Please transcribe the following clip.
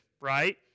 right